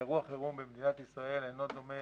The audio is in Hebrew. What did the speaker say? אירוע חירום במדינת ישראל אינו דומה